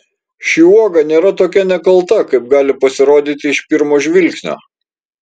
ši uoga nėra tokia nekalta kaip gali pasirodyti iš pirmo žvilgsnio